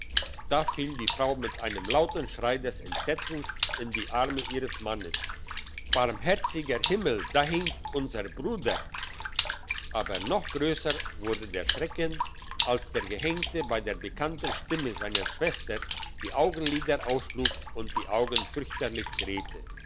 da fiel die frau mit einem lauten schrei des entsetzens in die arme ihres mannes barmherziger himmel da hängt unser bruder aber noch grösser wurde der schrecken als der gehenkte bei der bekannten stimme seiner schwester die augenlider aufschlug und die augen fürchterlich drehte